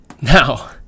Now